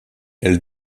elle